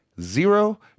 zero